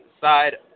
side